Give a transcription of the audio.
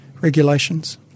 regulations